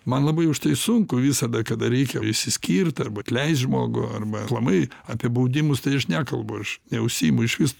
man labai už tai sunku visada kada reikia išsiskirt arba atleist žmogų arba aplamai apie baudimus tai aš nekalbu aš neužsiimu išvis